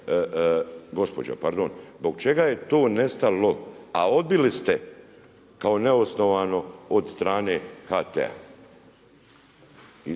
Gospođa, pardon. Zbog čega je to nestalo, a odbili ste kao neosnovano od strane HT-a.